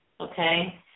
okay